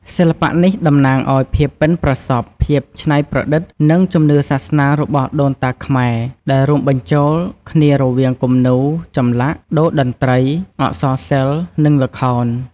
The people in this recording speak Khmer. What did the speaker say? សិល្បៈនេះតំណាងឲ្យភាពប៉ិនប្រសប់ ភាពច្នៃប្រឌិត និងជំនឿសាសនារបស់ដូនតាខ្មែរ ដោយរួមបញ្ចូលគ្នារវាងគំនូរ ចម្លាក់ តូរ្យតន្ត្រី អក្សរសិល្ប៍ និងល្ខោន។